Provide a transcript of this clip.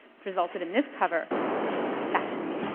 which resulted in this cover fashion-able?